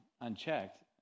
unchecked